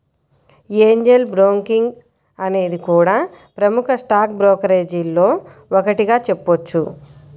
Angel Broking అనేది కూడా ప్రముఖ స్టాక్ బ్రోకరేజీల్లో ఒకటిగా చెప్పొచ్చు